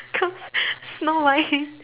become Snow White